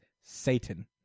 Satan